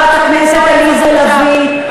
חברת הכנסת עליזה לביא עכשיו,